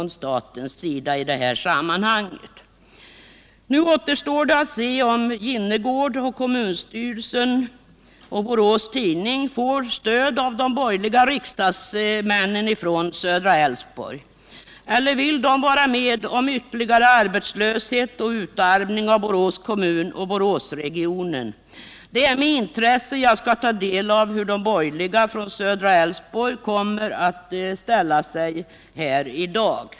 Nu återstår att se om Jinnergård, kommunstyrelsen och Borås Tidning får stöd av de borgerliga riksdagsmännen från södra Älvsborgs län. Eller vill de vara med om ytterligare arbetslöshet och utarmning av Borås kommun och Boråsregionen? Jag skall med intresse ta del av hur de borgerliga från södra Älvsborgs län kommer att ställa sig här i dag.